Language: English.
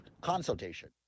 consultation